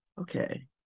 okay